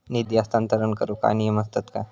निधी हस्तांतरण करूक काय नियम असतत काय?